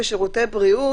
בשירותי בריאות,